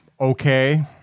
okay